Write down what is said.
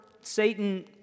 Satan